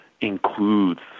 includes